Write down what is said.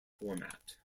format